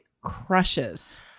crushes